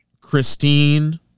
Christine